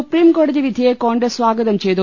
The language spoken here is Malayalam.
സുപ്രീംകോടതി വിധിയെ കോൺഗ്രസ് സ്വാഗതം ചെയ്തു